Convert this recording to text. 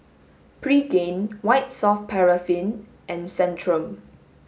Pregain White Soft Paraffin and Centrum